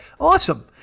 Awesome